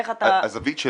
איך אתה --- בזווית של